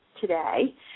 today